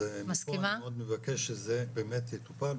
אז אני מאוד מבקש שזה באמת יטופל,